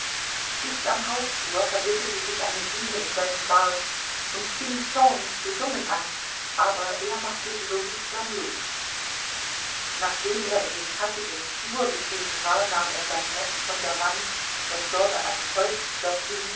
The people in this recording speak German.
dicht am hausflur verwickelte sich eine biene in seinem bart und fing zornig zu summen an aber er machte sie behutsam los nachdem er in den schattigen flur getreten war nahm er sein netz von der wand das dort an einem holzpflock hing